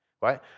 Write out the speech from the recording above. right